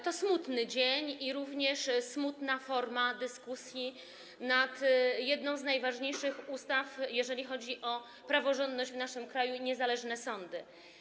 To smutny dzień i również smutna forma dyskusji nad jedną z najważniejszych ustaw, jeżeli chodzi o praworządność w naszym kraju i niezależne sądy.